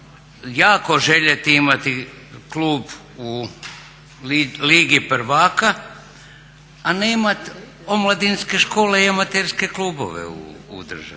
jako željeti imati klub u ligi prvaka a nemat omladinske škole i amaterske klubove u državi.